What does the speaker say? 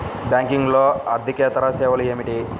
బ్యాంకింగ్లో అర్దికేతర సేవలు ఏమిటీ?